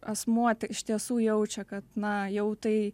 asmuo iš tiesų jaučia kad na jau tai